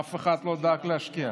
אף אחד לא דאג להשקיע.